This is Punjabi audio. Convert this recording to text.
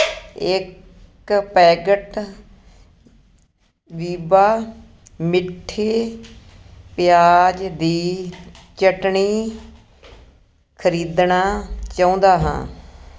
ਇੱਕ ਪੈਕੇਟ ਵੀਬਾ ਮਿੱਠੀ ਪਿਆਜ਼ ਦੀ ਚਟਣੀ ਖ਼ਰੀਦਣਾ ਚਾਉਂਦਾ ਹਾਂ